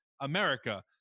America